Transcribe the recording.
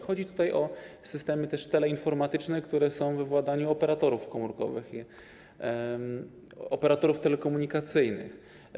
Chodzi tutaj też o systemy teleinformatyczne, które są we władaniu operatorów komórkowych, operatorów telekomunikacyjnych.